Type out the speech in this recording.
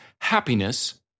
happiness